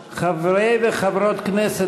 הכנסת,